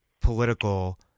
political